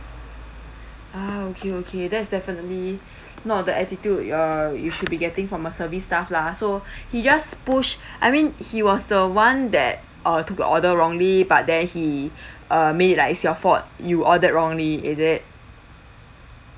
ah okay okay that's definitely not the attitude err you should be getting from a service staff lah so he just push I mean he was the one that uh took your order wrongly but then he uh made it like it's your fault you ordered wrongly is it